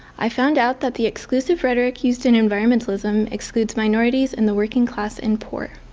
i found out that the exclusive rhetoric used in environmentalism excludes minorities and the working class and poor.